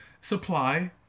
Supply